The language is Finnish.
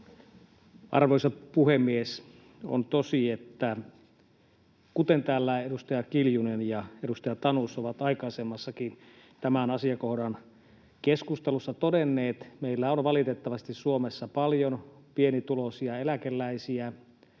Arvoisa puhemies! On tosi, kuten täällä edustaja Kiljunen ja edustaja Tanus ovat aikaisemmassakin tämän asiakohdan keskustelussa todenneet, että meillä on valitettavasti Suomessa paljon pienituloisia eläkeläisiä,